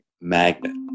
magnet